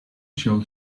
shall